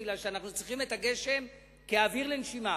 כי אנחנו צריכים את הגשם כאוויר לנשימה,